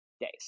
days